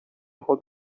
خود